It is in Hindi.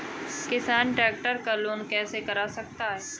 किसान ट्रैक्टर का लोन कैसे करा सकता है?